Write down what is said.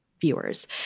viewers